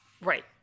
Right